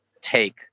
take